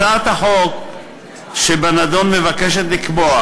הצעת החוק שבנדון מבקשת לקבוע,